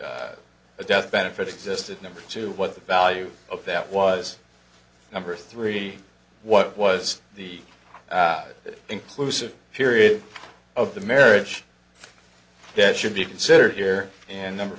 the death benefit existed number two what the value of that was number three what was the inclusive period of the marriage that should be considered here and number